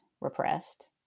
repressed